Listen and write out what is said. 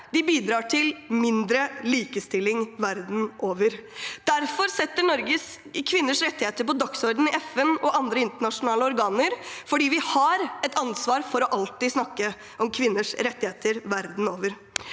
de bidrar også til mindre likestilling verden over. Derfor setter Norge kvinners rettigheter på dagsordenen i FN og andre internasjonale organer, for vi har et ansvar for alltid å snakke om kvinners rettigheter verden over.